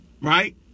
right